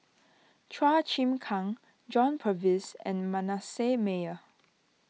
Chua Chim Kang John Purvis and Manasseh Meyer